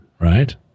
Right